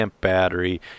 battery